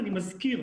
אני מזכיר,